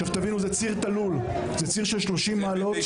תבינו, זה ציר תלול של 30 מעלות.